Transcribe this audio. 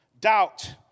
doubt